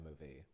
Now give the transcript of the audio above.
movie